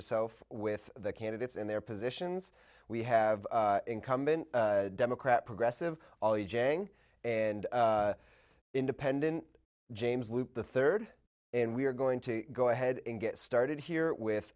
yourself with the candidates and their positions we have incumbent democrat progressive all the jang and independent james lupe the third and we're going to go ahead and get started here with